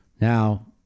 Now